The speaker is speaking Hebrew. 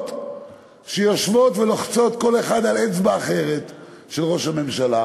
גדולות שיושבות ולוחצות כל אחת על אצבע אחרת של ראש הממשלה,